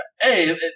hey